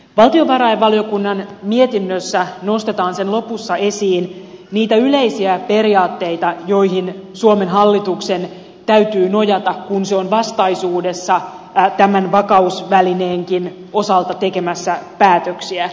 valtiovarainvaliokunnan mietinnössä nostetaan lopussa esiin niitä yleisiä periaatteita joihin suomen hallituksen täytyy nojata kun se on vastaisuudessa tämän vakausvälineenkin osalta tekemässä päätöksiä